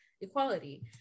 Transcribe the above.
equality